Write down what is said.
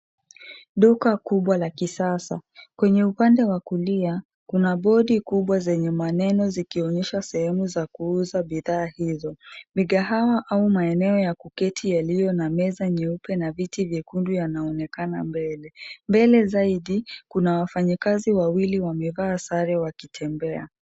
Duka kubwa la kisasa. Kwenye upande wa kulia, kuna bodi kubwa zenye maneno zikionyesha sehemu za kuuza bidhaa hizo. Mkahawa au maeneo ya kuketi yaliyo na meza nyeupe na viti vyekundu yanaonekana mbele. Mbele zaidi kuna wafanyikazi wawili wamevaa sare wakitembea.